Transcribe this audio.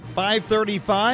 5.35